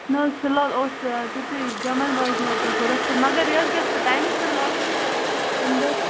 نہَ حظ فِلحال اوس تِتُے گٮ۪وَن واجیٚنٕے یٲژ ٲسۍ ضروٗرت مگر یہِ حظ گَژھِ وۅنۍ ٹایمَس پٮ۪ٹھ واتٕنۍ تہٕ تَمہِ دۄہ